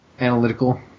Analytical